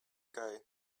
guy